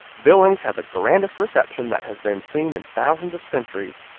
billings had the grandest reception that has been seen in thousands of centuries,